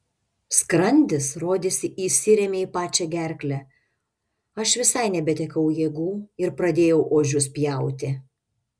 skrandis rodėsi įsirėmė į pačią gerklę aš visai nebetekau jėgų ir pradėjau ožius pjauti